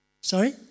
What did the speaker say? Sorry